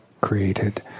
created